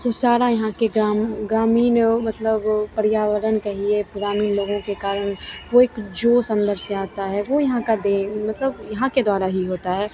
वे सारा यहाँ के ग्राम ग्रामीण मतलब पर्यावरण कहिए ग्रामीण लोगों के कारण वह एक जोश अंदर से आता है वह यहाँ का दें मतलब यहाँ के द्वारा ही होता है